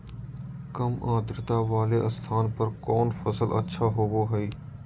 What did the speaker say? काम आद्रता वाले स्थान पर कौन फसल अच्छा होबो हाई?